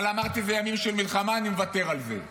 אבל אמרתי: אלה ימים של מלחמה, אני מוותר על זה.